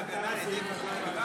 הצבעה תמה.